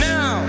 Now